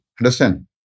Understand